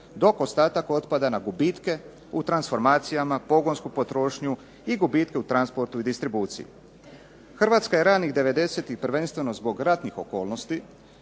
dok ostatak otpada na gubitke u transformacijama, pogonsku potrošnju i gubitke u transportu i distribuciji. Hrvatska je ranih '90.-tih prvenstveno zbog ratnih okolnosti